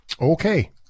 Okay